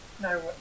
No